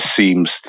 seems